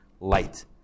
light